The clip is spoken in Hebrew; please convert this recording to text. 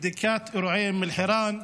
לבדיקת אירועי אום אל-חיראן,